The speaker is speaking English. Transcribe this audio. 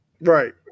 Right